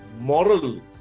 moral